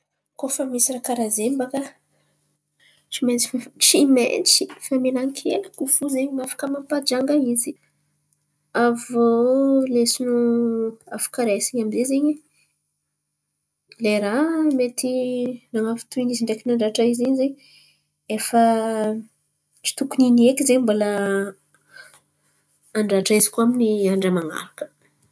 Koa fa misy raha karà zen̈y baka tsy maintsy, tsy maintsy famelan-keloko fo zen̈y afaka mampanjanga izy. Avô leson̈o afaka iraisin̈y amy izen̈y zen̈y lera mety nan̈avotro izy, ndreky nandratra izy in̈y zen̈y efa tsy tokony in̈y eky izen̈y mbala andratra izy koa amy ny andra man̈araka.